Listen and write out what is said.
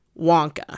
Wonka